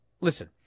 Listen